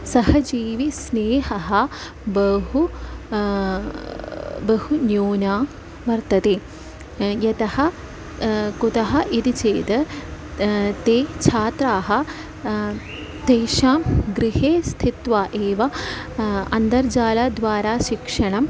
सहजीविस्नेहः बहु बहु न्यूना वर्तते यतः कुतः इति चेत् ते छात्राः तेषां गृहे स्थित्वा एव अन्तर्जालद्वारा शिक्षणम्